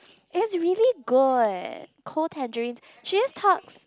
is really good Core Tangerines she just tucks